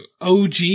OG